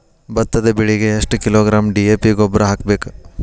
ಭತ್ತದ ಬೆಳಿಗೆ ಎಷ್ಟ ಕಿಲೋಗ್ರಾಂ ಡಿ.ಎ.ಪಿ ಗೊಬ್ಬರ ಹಾಕ್ಬೇಕ?